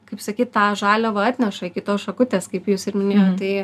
kaip sakyt tą žaliavą atneša iki tos šakutės kaip jūs ir minėjot tai